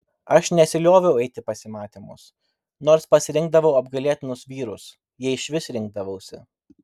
aš nesilioviau eiti į pasimatymus nors pasirinkdavau apgailėtinus vyrus jei išvis rinkdavausi